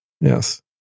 Yes